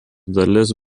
dalis